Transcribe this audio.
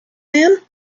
man